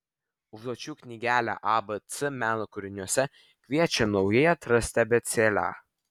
užduočių knygelė abc meno kūriniuose kviečia naujai atrasti abėcėlę